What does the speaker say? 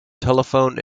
telephone